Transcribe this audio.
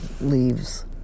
leaves